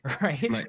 Right